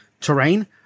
terrain